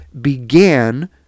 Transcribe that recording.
began